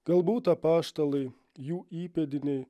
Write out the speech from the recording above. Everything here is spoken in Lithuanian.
galbūt apaštalai jų įpėdiniai